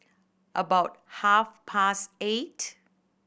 about half past eight